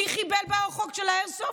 מי חיבל בחוק של האיירסופט?